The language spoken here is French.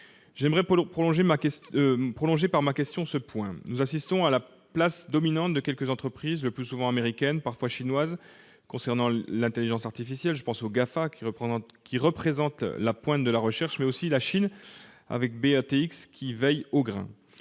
J'aimerais prolonger ce point par ma question. Nous assistons à domination de quelques entreprises, le plus souvent américaines, parfois chinoises, concernant l'intelligence artificielle. Je pense aux GAFA, qui représentent la pointe de la recherche, mais la Chine, avec les BATX, veille au grain.